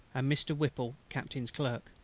and mr. whipple captain's clerk.